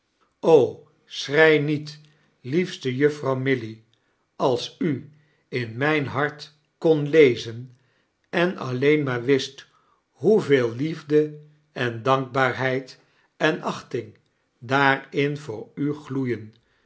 sohrei niet liefste juffrouw mihy als u in mijn hart kondt lezen en alleea maar wist hoeveel liefde en dankbaarhieid en acfating daarin voor u gloeiem